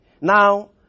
Now